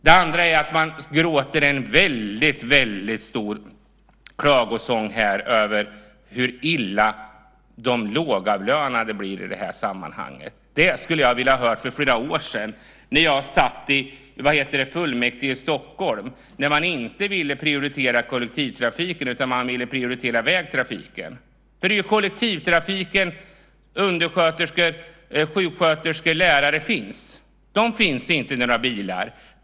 Det andra jag vill nämna är att man högljutt klagar över hur illa de lågavlönade blir behandlade i det här sammanhanget. Det skulle jag ha velat höra för flera år sedan, när jag satt i fullmäktige i Stockholm. Då ville man inte prioritera kollektivtrafiken. Man ville prioritera vägtrafiken. Det är ju i kollektivtrafiken som undersköterskor, sjuksköterskor, lärare finns. De sitter inte i bilar.